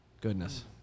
Goodness